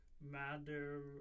matter